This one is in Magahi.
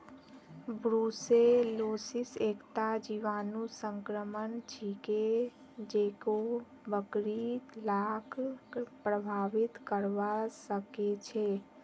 ब्रुसेलोसिस एकता जीवाणु संक्रमण छिके जेको बकरि लाक प्रभावित करवा सकेछे